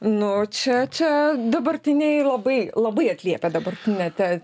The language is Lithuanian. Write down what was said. nu čia čia dabartiniai labai labai atliepia dabartinę tą